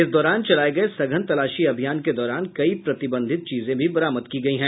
इस दौरान चलाये गये सघन तलाशी अभियान के दौरान कई प्रतिबंधित चीजें भी बरामद की गयी हैं